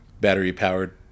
battery-powered